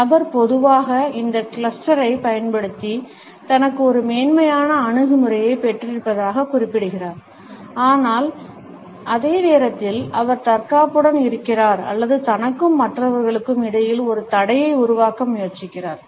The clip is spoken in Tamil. நபர் பொதுவாக இந்த கிளஸ்டரைப் பயன்படுத்தி தனக்கு ஒரு மேன்மையான அணுகுமுறையைப் பெற்றிருப்பதாகக் குறிப்பிடுகிறார் ஆனால் அதே நேரத்தில் அவர் தற்காப்புடன் இருக்கிறார் அல்லது தனக்கும் மற்றவர்களுக்கும் இடையில் ஒரு தடையை உருவாக்க முயற்சிக்கிறார்